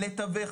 לתווך.